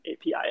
API